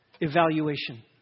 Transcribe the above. evaluation